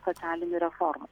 socialinių reformų